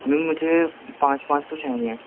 میم مجھے پانچ پانچ سو چاہییں